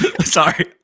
Sorry